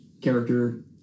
character